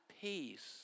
peace